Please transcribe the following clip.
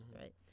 right